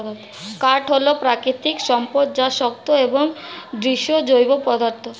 কাঠ হল প্রাকৃতিক সম্পদ যা শক্ত এবং দৃঢ় জৈব পদার্থ